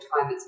time